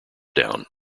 down